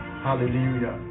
hallelujah